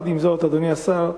עם זאת, אדוני השר,